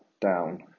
down